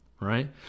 right